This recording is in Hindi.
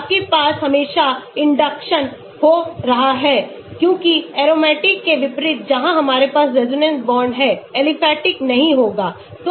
आपके पास हमेशा इंडक्शन हो रहा होगा क्योंकिएरोमेटिक के विपरीत जहां हमारे पासरिजोनेंस बांड हैं एलिफैटिक नहीं होगा